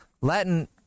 Latin